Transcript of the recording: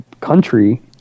country